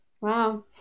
Wow